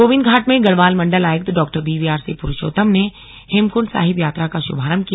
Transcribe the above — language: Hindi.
गोविन्द घाट में गढ़वाल मण्डल आयुक्त डॉ बीवीआरसी पुरूषोत्तम ने हेमकृण्ड साहिब यात्रा का शुभारंभ किया